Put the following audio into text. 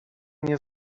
nie